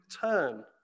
turn